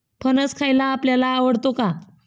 फणस खायला आपल्याला आवडतो का?